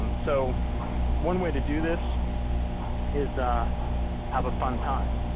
um so one way to do this is have a fun time.